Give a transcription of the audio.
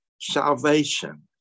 Salvation